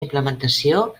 implementació